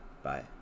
Bye